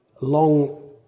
long